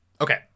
Okay